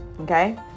Okay